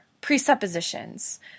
presuppositions